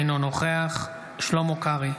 אינו נוכח שלמה קרעי,